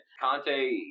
Conte